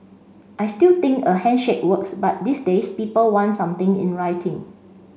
I still think a handshake works but these days people want something in writing